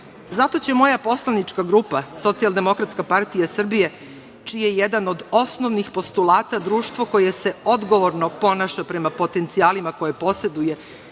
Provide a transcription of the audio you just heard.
Zato će moja poslanička grupa Socijaldemokratska partija Srbije čiji je jedan od osnovnih postulata društvo koje se odgovorno ponaša prema potencijalima koje poseduje